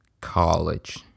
college